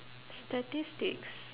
statistics